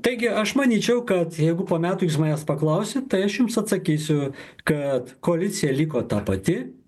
taigi aš manyčiau kad jeigu po metų jūs manęs paklausit tai aš jums atsakysiu kad koalicija liko ta pati